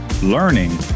learning